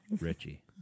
Richie